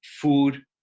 food